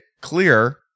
clear